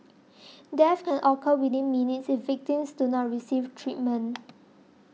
death can occur within minutes if victims do not receive treatment